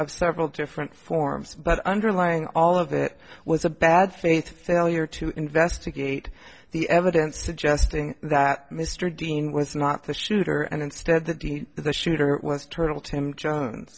of several different forms but underlying all of that was a bad faith failure to investigate the evidence suggesting that mr dean was not the shooter and instead that the the shooter was turtle tim jones